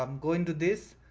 um go into this,